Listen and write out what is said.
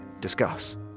discuss